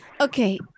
Okay